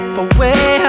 away